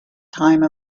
time